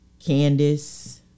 Candice